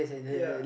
ya